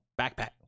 backpack